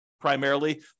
primarily